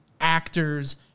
actors